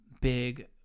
big